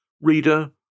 Reader